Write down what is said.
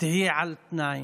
תהיה על תנאי.